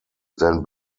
then